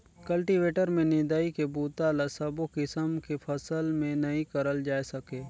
cultivator में निंदई के बूता ल सबो किसम के फसल में नइ करल जाए सके